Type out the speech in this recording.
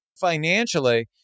financially